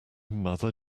mother